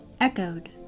echoed